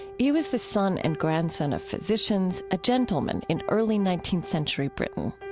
he was the son and grandson of physicians, a gentleman in early nineteenth century britain.